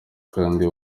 kandi